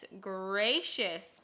gracious